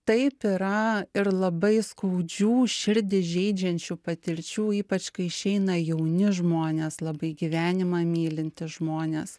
taip yra ir labai skaudžių širdį žeidžiančių patirčių ypač kai išeina jauni žmonės labai gyvenimą mylintys žmonės